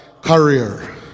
Career